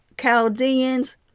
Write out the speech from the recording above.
Chaldeans